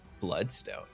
bloodstone